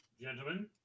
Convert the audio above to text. Gentlemen